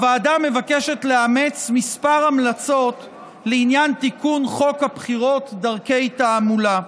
הוועדה מבקשת לאמץ כמה המלצות לעניין תיקון חוק הבחירות (דרכי תעמולה),